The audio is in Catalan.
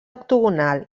octogonal